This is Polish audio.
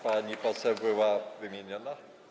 Pani poseł była wymieniona?